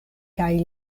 kaj